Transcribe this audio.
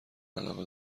علاقه